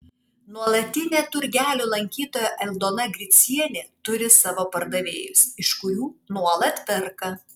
nuolatinė turgelių lankytoja aldona gricienė turi savo pardavėjus iš kurių nuolat perka